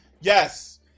Yes